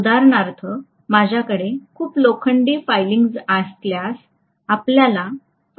उदाहरणार्थ माझ्याकडे खूप लोखंडी फाईलिंग्ज असल्यास आपल्याला फाईलिंग्ज काय माहित आहे ना